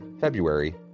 February